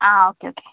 ആ okay okay